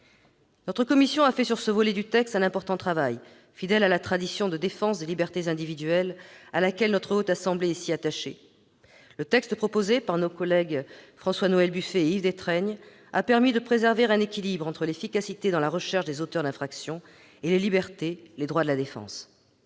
Notre commission des lois a fait, sur ce volet du texte, un important travail, fidèle à la tradition de défense des libertés individuelles à laquelle la Haute Assemblée est si attachée. Le texte proposé par nos collègues François-Noël Buffet et Yves Détraigne permet de préserver un équilibre entre l'efficacité dans la recherche des auteurs d'infraction, d'une part, les libertés et les droits de la défense,